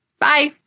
Bye